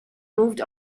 moved